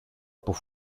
που